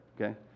okay